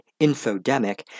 infodemic